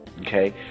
Okay